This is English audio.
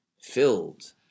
filled